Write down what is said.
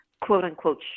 quote-unquote